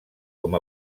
com